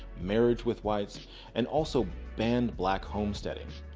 marriage with whites and also banned black homesteading.